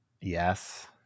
Yes